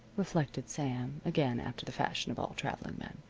reflected sam, again after the fashion of all traveling men.